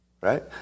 Right